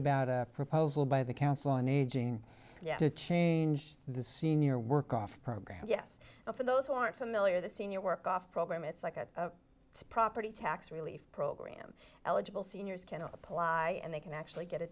about a proposal by the council on aging change the senior work off program yes for those who aren't familiar the senior work off program it's like a property tax relief program eligible seniors can apply and they can actually get a